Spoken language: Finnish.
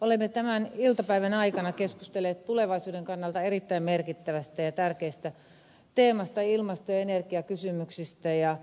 olemme tämän iltapäivän aikana keskustelleet tulevaisuuden kannalta erittäin merkittävästä ja tärkeästä teemasta ilmasto ja energiakysymyksistä